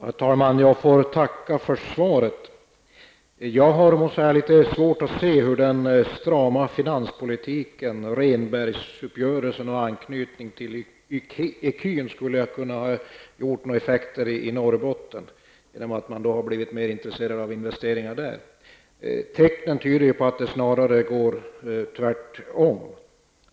Herr talman! Jag får tacka för svaret. Jag har litet svårt att se hur den strama finanspolitiken, Rehnbergsuppgörelsen och anknytningen till ecun skulle ha kunnat få några effekter i Norrbotten i form av större intresse för investeringar där. Tecknen tyder snarare på att det går i motsatt riktning.